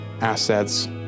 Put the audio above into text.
assets